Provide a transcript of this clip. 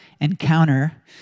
encounter